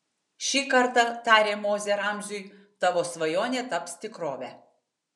šį kartą tarė mozė ramziui tavo svajonė taps tikrove